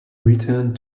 returned